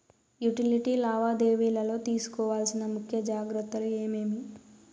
Utility లావాదేవీల లో తీసుకోవాల్సిన ముఖ్య జాగ్రత్తలు ఏమేమి?